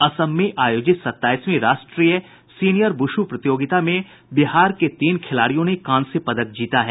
असम में आयोजित सत्ताईसवीं राष्ट्रीय सीनियर वुशु प्रतियोगिता में बिहार के तीन खिलाड़ियों ने कांस्य पदक जीता है